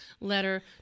letter